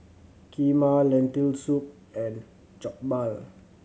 Kheema Lentil Soup and Jokbal